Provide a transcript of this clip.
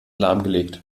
lahmgelegt